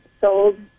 sold